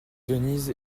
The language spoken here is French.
denise